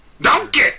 Donkey